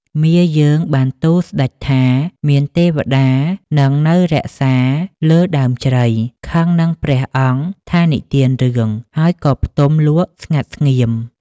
មាយើងបានទូលស្តេចថាមានទេវតានិត្យនៅរក្សាលើដើមជ្រៃខឹងនឹងព្រះអង្គថានិទានរឿង ហើយក៏ផ្ទំលក់ស្ងាត់ស្ងៀម។